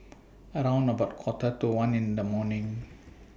round about Quarter to one in The morning